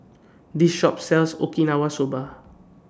This Shop sells Okinawa Soba